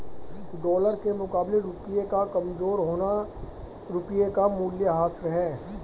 dollar के मुकाबले रुपए का कमज़ोर होना रुपए का मूल्यह्रास है